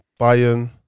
Bayern